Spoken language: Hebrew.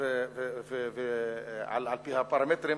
על-פי פרמטרים